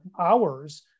hours